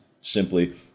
simply